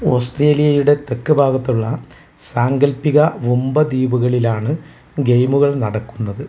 ഓസ്ട്രേലിയയുടെ തെക്ക് ഭാഗത്തുള്ള സാങ്കൽപ്പിക വുമ്പ ദ്വീപുകളിലാണ് ഗേയ്മുകൾ നടക്കുന്നത്